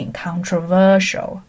controversial